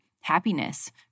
happiness